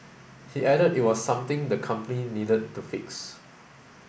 he added it was something the company needed to fix